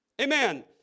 Amen